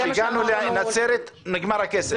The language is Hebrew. כשהגענו לנצרת, הכסף נגמר.